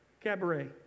Cabaret